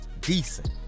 Decent